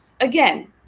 again